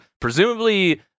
presumably